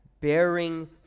bearing